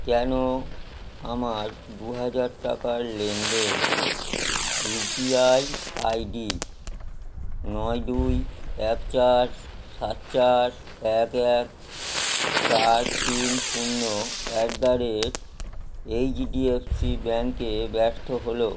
কেন আমার দু হাজার টাকার লেনদেন U P I I D নয় দুই এক চার সাত চার এক এক চার তিন শূন্য at the rate H D F C ব্যাঙ্কে ব্যর্থ হলো